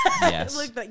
yes